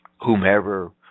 whomever